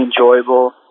enjoyable